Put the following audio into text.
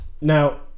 now